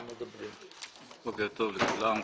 בוקר טוב לכולם.